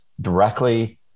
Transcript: directly